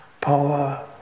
power